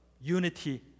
unity